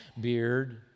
beard